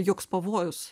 joks pavojus